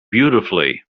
beautifully